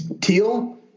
teal